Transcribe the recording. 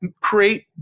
create